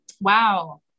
wow